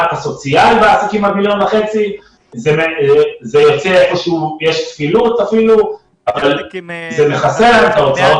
בעסקים עד מיליון וחצי ואפילו יש כפילות אבל זה מכסה להם את ההוצאות.